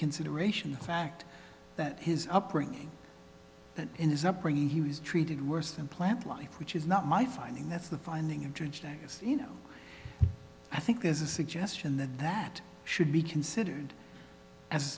consideration the fact that his upbringing and in his upbringing he was treated worse than plant life which is not my finding that's the finding interesting you know i think there's a suggestion that that should be considered a